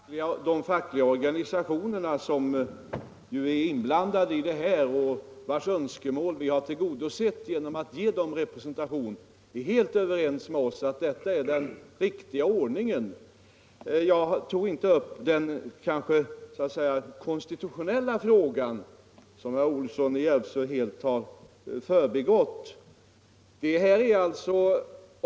Herr talman! De fackliga organisationerna, som ju är inblandade i det här och vilkas önskemål vi har tillgodosett genom att ge dem representation, är helt överens med oss om att detta är den riktiga ordningen. Jag tog inte upp den så att säga konstitutionella frågan, som herr Olsson i Järvsö helt har förbigått.